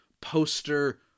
poster